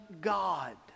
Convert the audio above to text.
God